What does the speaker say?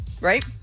right